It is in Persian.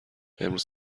امروز